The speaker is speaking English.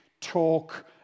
talk